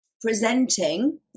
presenting